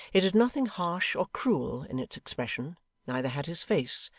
it had nothing harsh or cruel in its expression neither had his face,